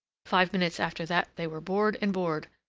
five minutes after that they were board and board,